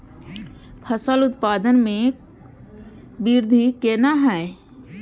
फसल उत्पादन में वृद्धि केना हैं?